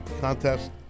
contest